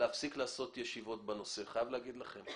להפסיק לעשות ישיבות בנושא, אני חייב להגיד לכם.